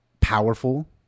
powerful